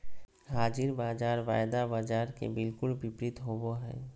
हाज़िर बाज़ार वायदा बाजार के बिलकुल विपरीत होबो हइ